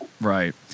right